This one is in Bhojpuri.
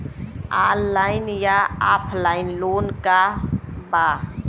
ऑनलाइन या ऑफलाइन लोन का बा?